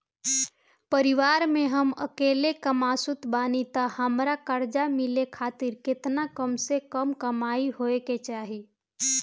परिवार में हम अकेले कमासुत बानी त हमरा कर्जा मिले खातिर केतना कम से कम कमाई होए के चाही?